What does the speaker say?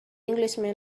englishman